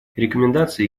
рекомендации